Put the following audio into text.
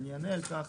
ואני אענה על כך,